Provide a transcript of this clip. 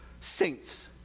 saints